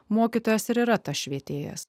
mokytojas ir yra tas švietėjas